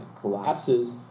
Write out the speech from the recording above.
collapses